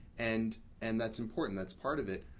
and and that's important. that's part of it.